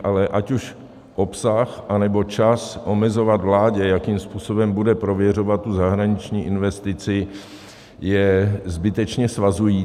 Ale ať už obsah anebo čas omezovat vládu, jakým způsobem bude prověřovat tu zahraniční investici, je zbytečně svazující.